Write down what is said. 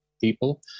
people